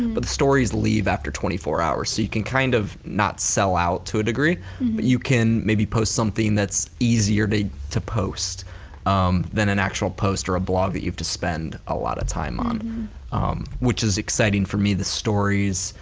but the stories leave after twenty four hours. so you can kind of not sell out to a degree, but you can maybe post something that's easier to to post um than an actual post or a blog that you have to spend a lot of time on which is exciting for me, the stories,